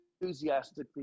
enthusiastically